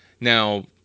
Now